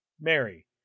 Mary